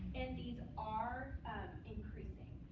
and these are increasing.